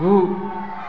गु